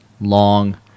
long